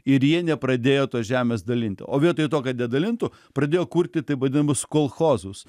ir jie nepradėjo tos žemės dalinti o vietoj to kad ją dalintų pradėjo kurti taip vadinamus kolchozus